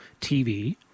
TV